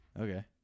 Okay